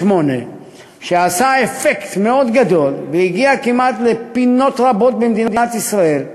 שעשה אפקט מאוד גדול והגיע לפינות רבות במדינת ישראל,